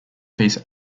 piece